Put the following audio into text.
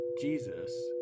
Jesus